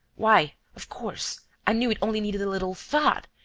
why, of course, i knew it only needed a little thought.